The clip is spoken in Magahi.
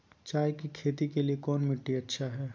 चाय की खेती के लिए कौन मिट्टी अच्छा हाय?